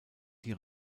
die